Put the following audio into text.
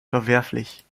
verwerflich